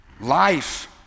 life